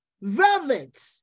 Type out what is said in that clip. velvet